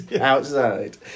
outside